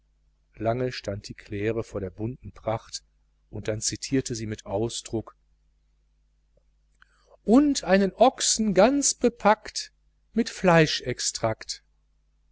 lange stand die claire vor der bunten pracht dann zitierte sie mit ausdruck und einen ochsen ganz bepackt mit